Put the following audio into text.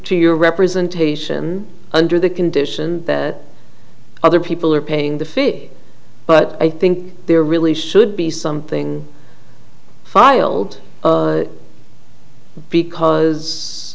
to your representation under the condition that other people are paying the fifth but i think there really should be something filed because